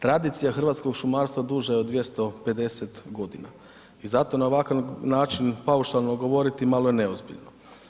Tradicija hrvatskog šumarstva duža je od 250 g. i zato na ovakav način paušalno govoriti, malo je neozbiljno.